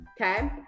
okay